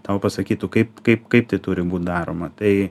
tau pasakytų kaip kaip kaip tai turi būt daroma tai